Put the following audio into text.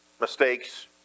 mistakes